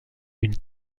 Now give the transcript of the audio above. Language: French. une